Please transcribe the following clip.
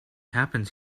happens